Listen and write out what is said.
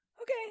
Okay